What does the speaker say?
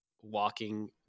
walking